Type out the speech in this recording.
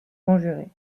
conjurés